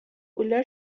کولر